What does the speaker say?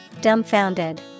Dumbfounded